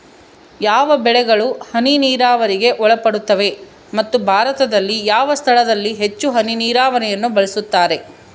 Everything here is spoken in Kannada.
ಯಾವ ಬೆಳೆಗಳು ಹನಿ ನೇರಾವರಿಗೆ ಒಳಪಡುತ್ತವೆ ಮತ್ತು ಭಾರತದಲ್ಲಿ ಯಾವ ಸ್ಥಳದಲ್ಲಿ ಹೆಚ್ಚು ಹನಿ ನೇರಾವರಿಯನ್ನು ಬಳಸುತ್ತಾರೆ?